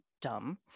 dumb